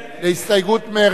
להסתייגות מרצ.